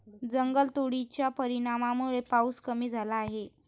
जंगलतोडाच्या परिणामामुळे पाऊस कमी झाला आहे